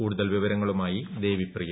കൂടുതൽ വിവരങ്ങളുമായി ദേവിപ്രിയ